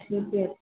ठीके